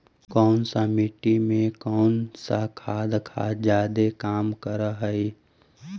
कौन सा मिट्टी मे कौन सा खाद खाद जादे काम कर हाइय?